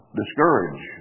discourage